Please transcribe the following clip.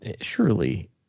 surely